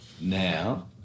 now